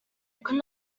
could